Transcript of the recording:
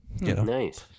Nice